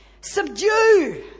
subdue